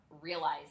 realize